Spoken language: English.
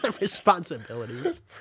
Responsibilities